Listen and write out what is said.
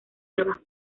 nuevas